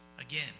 again